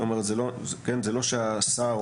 השר,